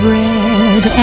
red